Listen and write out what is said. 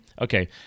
Okay